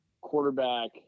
quarterback